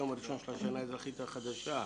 היום הראשון של השנה האזרחית החדשה.